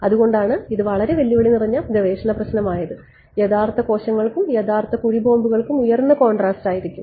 അതുകൊണ്ടാണ് ഇത് വളരെ വെല്ലുവിളി നിറഞ്ഞ ഗവേഷണ പ്രശ്നം ആയത് യഥാർത്ഥ കോശങ്ങൾക്കും യഥാർത്ഥ കുഴി ബോംബുകൾക്കും ഉയർന്ന കോൺട്രാസ്റ്റ് ആയിരിക്കും